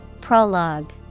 Prologue